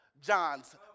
John's